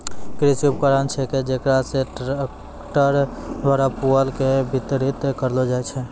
कृषि उपकरण छेकै जेकरा से ट्रक्टर द्वारा पुआल के बितरित करलो जाय छै